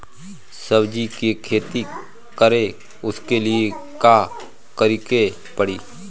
सब्जी की खेती करें उसके लिए का करिके पड़ी?